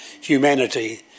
humanity